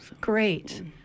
Great